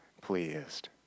pleased